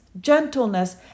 gentleness